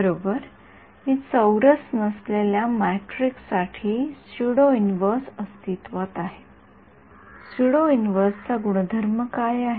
बरोबर मी चौरस नसलेल्या मॅट्रिक्स साठी सुडो इन्व्हर्स अस्तित्वात आहे सुडो इन्व्हर्स चा गुणधर्म काय आहे